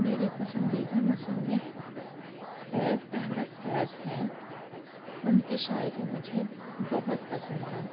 میرے پسندیدہ مُصنِّف فیض احمد فیض ہیں ان کی شاعری مجھے بہت پسند ہے